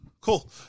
Cool